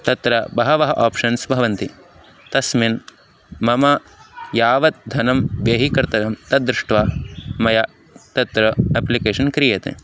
तत्र बहवः आप्शन्स् भवन्ति तस्मिन् मम यावत् धनं व्ययीकर्तव्यं तद्दृष्ट्वा मया तत्र अप्लिकेशन् क्रियते